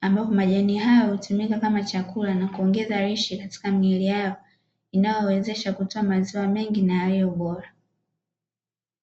ambapo majani hayo hutumika kama chakula na kuongeza lishe katika miili yao, inayowawezesha kutoa maziwa mengi na yaliyo bora.